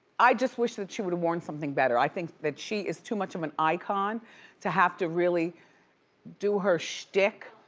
i just wish that she would've worn something better. i think that she is too much of an icon to have to really do her shtick